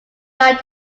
mine